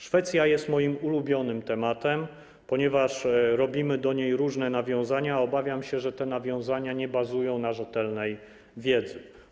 Szwecja jest moim ulubionym tematem, ponieważ robimy do niej różne nawiązania, a obawiam się, że te nawiązania nie bazują na rzetelnej wiedzy.